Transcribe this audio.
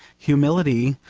humility,